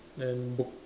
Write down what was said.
then book